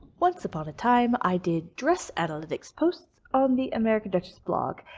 once upon a time i did dress analytics posts on the american duchess blog,